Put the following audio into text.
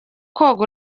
koga